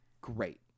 great